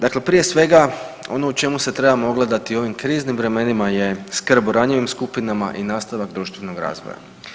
Dakle, prije svega ono o čemu se trebamo ogledati u ovim kriznim vremenima je skrb o ranjivim skupinama i nastavak društvenog razvoja.